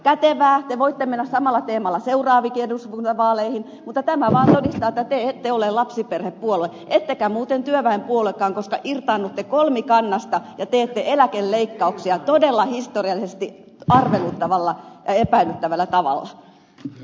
kätevää te voitte mennä samalla teemalla seuraaviinkin eduskuntavaaleihin mutta tämä vaan todistaa että te ette ole lapsiperhepuolue ettekä muuten työväenpuoluekaan koska irtaannutte kolmikannasta ja teette eläkeleikkauksia todella historiallisesti arveluttavalla ja epäilyttävällä tavalla